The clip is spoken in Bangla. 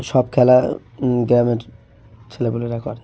সব খেলা গ্রামের ছেলেপুলেরা করে